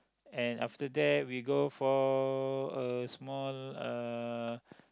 and after that we go for a small uh